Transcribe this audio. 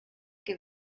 que